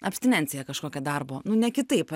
abstinencija kažkokia darbo nu ne kitaip